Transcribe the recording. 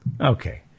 Okay